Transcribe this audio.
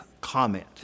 comment